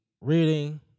reading